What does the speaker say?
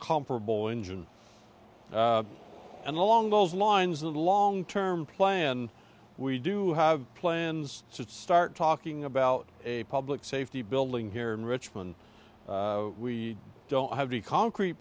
comparable engine and along those lines a long term plan we do have plans to start talking about a public safety building here in richmond we don't have any concrete